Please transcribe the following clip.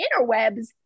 interwebs